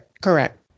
Correct